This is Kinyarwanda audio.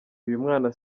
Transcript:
uyumwana